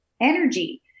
energy